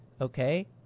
Okay